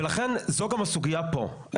ולכן זו הסוגייה פה,